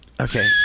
Okay